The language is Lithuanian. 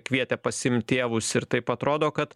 kvietė pasiimti tėvus ir taip atrodo kad